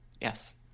yes